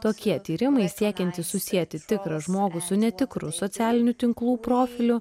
tokie tyrimai siekiantys susieti tikrą žmogų su netikru socialinių tinklų profiliu